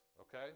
Okay